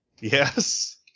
Yes